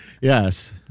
Yes